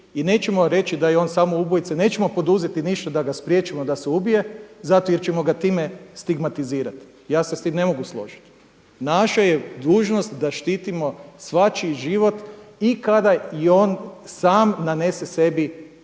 i nećemo reći da je on samo ubojica, nećemo poduzeti ništa da ga spriječimo da se ubije zato jer ćemo ga time stigmatizirati. Ja se sa time ne mogu složiti. Naša je dužnost da štitimo svačiji život i kada i on sam nanese sebi štetne